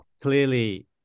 clearly